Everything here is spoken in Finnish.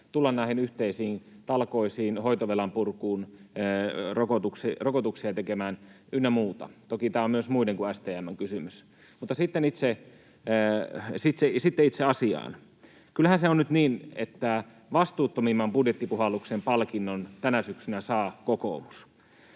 tulla näihin yhteisiin talkoisiin, hoitovelan purkuun, rokotuksia tekemään ynnä muuta. Toki tämä on myös muiden kuin STM:n kysymys. Sitten itse asiaan: Kyllähän se on nyt niin, että vastuuttomimman budjettipuhalluksen palkinnon tänä syksynä saa kokoomus.